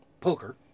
poker